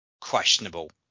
questionable